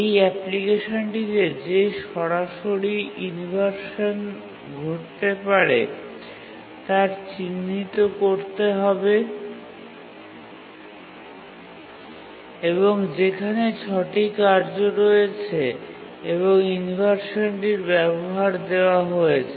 এই অ্যাপ্লিকেশনটিতে যে সরাসরি ইনভারসান ঘটতে পারে তাদের চিহ্নিত করতে হবে যেখানে ৬ টি কার্য রয়েছে এবং ইনভারসানটির ব্যবহার দেওয়া হয়েছে